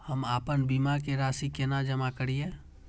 हम आपन बीमा के राशि केना जमा करिए?